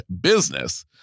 business